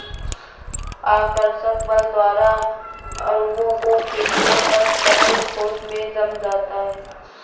आकर्षक बल द्वारा अणुओं को खीचने पर तरल ठोस में जम जाता है